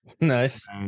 Nice